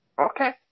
Okay